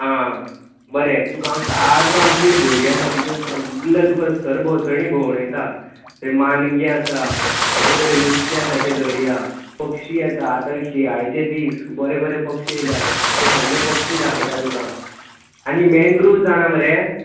आं बरें तुका हांव सारको आमची व्हडी आसा तितून सगळे तुका सरभोंवतणी भोंवणयता थंय मानगें आसा बरें बरें नुस्तें आसा तें धरुया पक्षी येता आतां शिंयाचे दीस बरें बरें पक्षी एयल्या सगळे पक्षी दाखयता तुका आनी मॅनग्रूव्ज जाणा मरे